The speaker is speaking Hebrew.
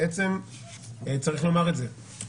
צריך לומר את זה,